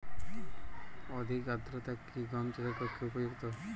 অধিক আর্দ্রতা কি গম চাষের পক্ষে উপযুক্ত?